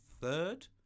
third